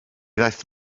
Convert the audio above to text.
ddaeth